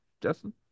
Justin